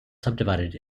subdivided